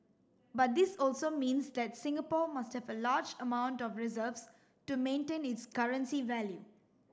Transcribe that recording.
but this also means that Singapore must have a large amount of reserves to maintain its currency value